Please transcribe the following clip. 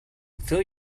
fill